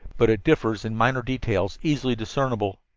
but it differs in minor details easily discernible.